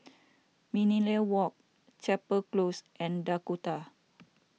Millenia Walk Chapel Close and Dakota